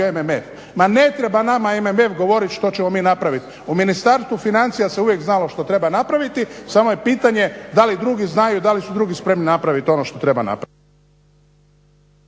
MMF. Ma ne treba nama MMF govoriti što ćemo mi napraviti, u Ministarstvu financija se uvijek znalo što treba napraviti samo je pitanje da li i drugi znaju i da li su drugi spremni napraviti ono što treba napraviti.